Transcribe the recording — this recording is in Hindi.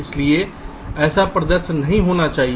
इसलिए ऐसा परिदृश्य नहीं होना चाहिए